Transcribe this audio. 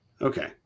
okay